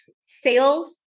sales